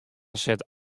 set